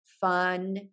fun